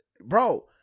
bro